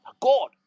God